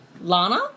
Lana